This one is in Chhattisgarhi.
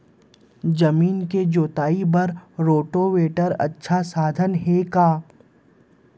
जमीन के जुताई बर रोटोवेटर अच्छा साधन हे का?